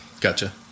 Gotcha